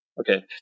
Okay